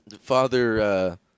Father